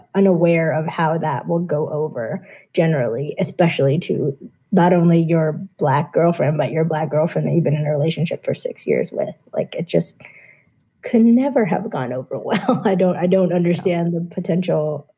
unaware of how that will go over generally, especially to not only your black girlfriend but your black girlfriend. but in a relationship for six years with like it just could never have gone over well. i don't i don't understand the potential.